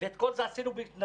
ואת כל זה עשינו בהתנדבות.